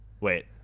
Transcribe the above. Wait